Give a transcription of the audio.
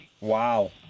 Wow